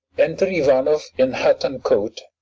enter ivanoff, in hat and coat,